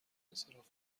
انصراف